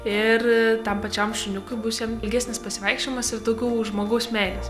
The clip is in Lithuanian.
ir tam pačiam šuniukui bus jam ilgesnis pasivaikščiojimas ir daugiau žmogaus meilės